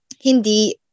hindi